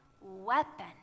weapon